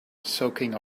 soaking